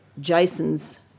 Jason's